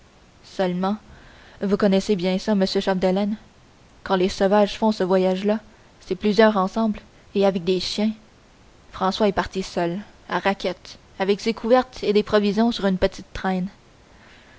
bien seulement vous connaissez bien ça monsieur chapdelaine quand les sauvages font ce voyage là c'est plusieurs ensemble et avec des chiens françois est parti seul à raquettes avec ses couvertes et des provisions sur une petite traîne